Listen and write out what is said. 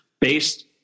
based